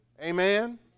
amen